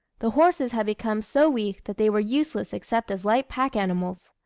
the horses had become so weak that they were useless except as light pack animals.